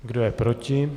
Kdo je proti?